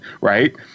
right